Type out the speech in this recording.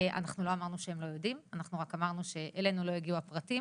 אנחנו לא אמרנו שהם לא יודעים אנחנו רק אמרנו שאלינו לא הגיעו הפרטים